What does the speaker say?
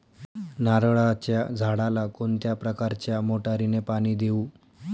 नारळाच्या झाडाला कोणत्या प्रकारच्या मोटारीने पाणी देऊ?